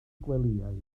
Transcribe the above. gwelyau